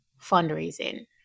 fundraising